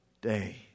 day